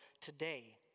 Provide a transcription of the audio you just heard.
today